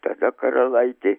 tada karalaitė